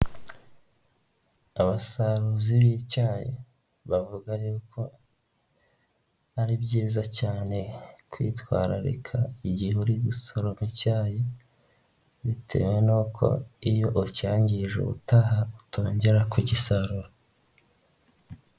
Abasaruzi b'icyayi bavuga yuko ari byiza cyane kwitwararika igihe uri gusorora icyayi bitewe n'uko iyo ucyangije ubutaha utongera kugisarura.